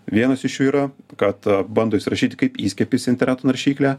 vienas iš jų yra kad bando įrašyti kaip įskiepis interneto naršyklę